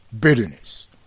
Bitterness